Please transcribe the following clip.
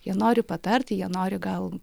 jie nori patarti jie nori gal